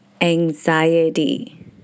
anxiety